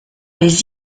les